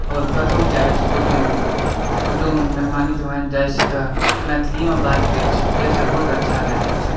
आओर कतहुँ जाइ छी कुटुम कुटुम मेहमानी तेहमानी जाइ छी तऽ मैथलिएमे बात करैत छी जाहिसँ बहुत अच्छा लगैत छै